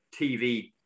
TV